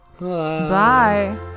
Bye